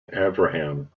avraham